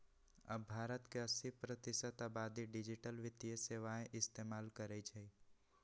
अब भारत के अस्सी प्रतिशत आबादी डिजिटल वित्तीय सेवाएं इस्तेमाल करई छई